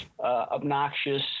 obnoxious